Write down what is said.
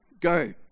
Go